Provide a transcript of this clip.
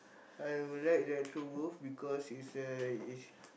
I would like Electrowolf because it's a it's